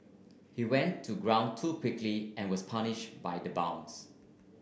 he went to ground too quickly and was punished by the bounce